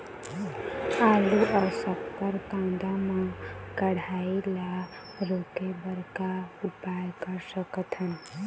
आलू अऊ शक्कर कांदा मा कढ़ाई ला रोके बर का उपाय कर सकथन?